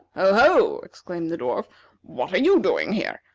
ho, ho! exclaimed the dwarf what are you doing here?